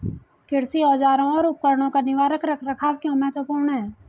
कृषि औजारों और उपकरणों का निवारक रख रखाव क्यों महत्वपूर्ण है?